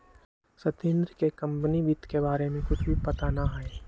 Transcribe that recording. सत्येंद्र के कंपनी वित्त के बारे में कुछ भी पता ना हई